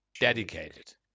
Dedicated